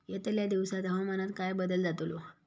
यतल्या दिवसात हवामानात काय बदल जातलो?